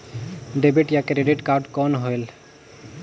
Debit या credit card कौन होएल?